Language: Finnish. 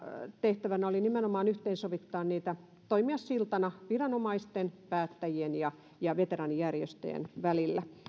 tehtävänä oli nimenomaan yhteensovittaa ja toimia siltana viranomaisten päättäjien ja ja veteraanijärjestöjen välillä